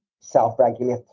self-regulate